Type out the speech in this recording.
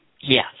yes